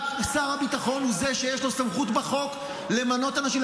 רק שר הביטחון הוא זה שיש לו סמכות בחוק למנות אנשים,